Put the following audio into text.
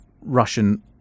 Russian